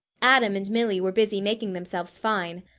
adam and milly were busy making themselves fine.